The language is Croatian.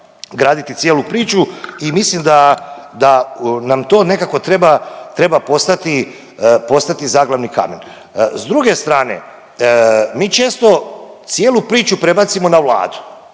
graditi cijelu priču i mislim da nam to nekako treba postati zaglavni kamen. S druge strane mi često cijelu priču prebacimo na Vladu,